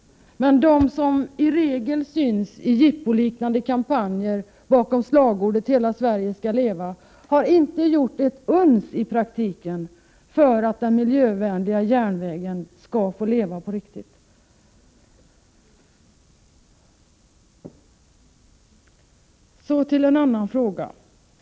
Men de som i regel syns i jippoliknande kampanjer bakom slagordet Hela Sverige skall leva har i praktiken inte gjort ett uns för att den miljövänliga järnvägen skall få leva på riktigt.